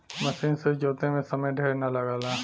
मसीन से जोते में समय ढेर ना लगला